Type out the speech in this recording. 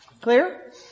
Clear